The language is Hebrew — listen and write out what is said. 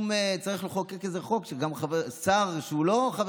צריך לחוקק איזה חוק שגם שר שהוא לא חבר